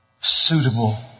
suitable